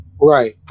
Right